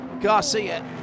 Garcia